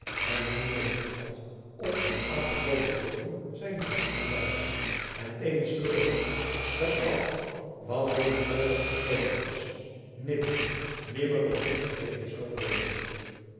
en moeite genoeg had om in afgebroken woorden zijnen dank te betuigen en tevens te beloven dat al wat door denzelven gesproken was nimmer nimmer door hem vergeten zou worden